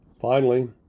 Finally